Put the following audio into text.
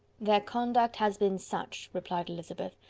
their conduct has been such, replied elizabeth,